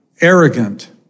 arrogant